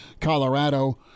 Colorado